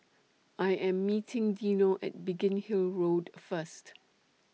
I Am meeting Dino At Biggin Hill Road First